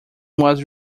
was